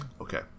Okay